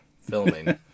filming